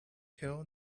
tell